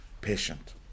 patient